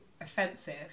offensive